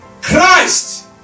Christ